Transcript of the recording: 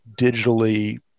digitally